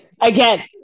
again